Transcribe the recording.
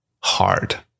hard